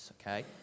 okay